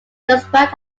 described